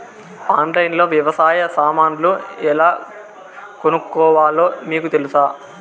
ఆన్లైన్లో లో వ్యవసాయ సామాన్లు ఎలా కొనుక్కోవాలో మీకు తెలుసా?